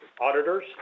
auditors